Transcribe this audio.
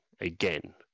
again